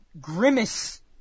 grimace